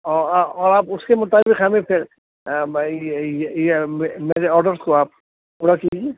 اور اور آپ اس کے مطابق ہمیں پھر یہ میرے آڈرس کو آپ پورا کیجیے